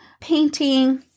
painting